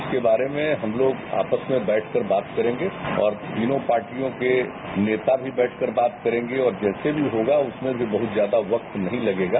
इसके बारे में हम लोग आपस में बैठकर बात करेंगे और तीनों पार्टियों के नेता भी बैठकर बात करेंगे और जैसे भी होगा उसमें भी बहुत ज्यादा वक्त नहीं लगेगा